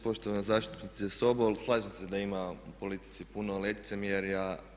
Poštovana zastupnice Sobol slažem se da ima u politici puno licemjerja.